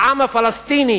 לעם הפלסטיני